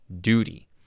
duty